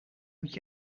moet